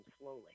slowly